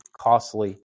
costly